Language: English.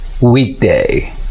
weekday